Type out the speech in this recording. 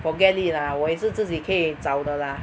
forget it lah 我也是自己可以找的 lah